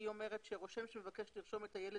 היא אומרת שרושם שמבקש לרשום את הילד